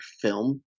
film